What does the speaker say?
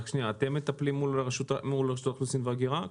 אתם מטפלים מול רשות האוכלוסין וההגירה?